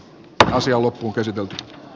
kausi on lopun kysytyt